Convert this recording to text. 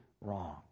wrong